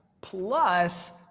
plus